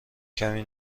کمی